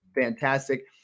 fantastic